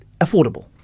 affordable